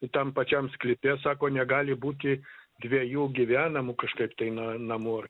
tam pačiam sklype sako negali būti dviejų gyvenamų kažkaip tai na namų ar